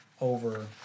over